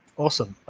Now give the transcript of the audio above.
awesome.